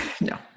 No